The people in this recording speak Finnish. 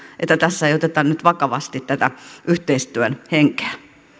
että tässä ei oteta nyt vakavasti tätä yhteistyön henkeä